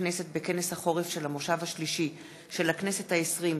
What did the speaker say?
הכנסת בכנס החורף של המושב השלישי של הכנסת ה-20,